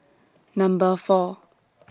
Number four